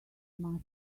musty